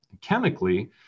chemically